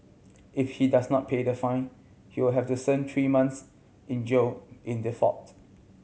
if he does not pay the fine he will have to three months in jail in default